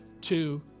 two